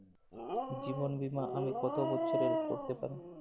জীবন বীমা আমি কতো বছরের করতে পারি?